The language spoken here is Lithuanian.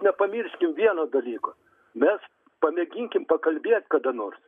nepamirškim vieno dalyko mes pamėginkim pakalbėt kada nors